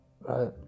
right